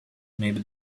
maybe